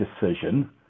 decision